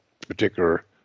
particular